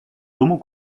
tomu